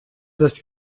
das